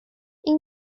این